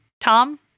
Tom